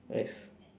vest